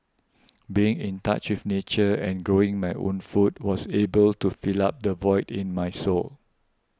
being in touch with nature and growing my own food was able to fill up the void in my soul